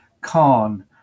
khan